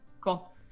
cool